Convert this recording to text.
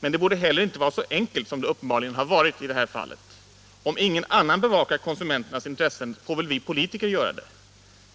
Men det borde inte heller vara så enkelt som det uppenbarligen varit i detta fall. Om ingen annan bevakar konsumenternas intressen får väl vi politiker göra det.